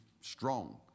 strong